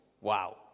Wow